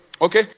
Okay